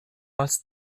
als